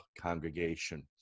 congregation